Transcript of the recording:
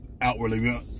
outwardly